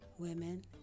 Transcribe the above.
Women